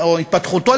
או התפתחותה,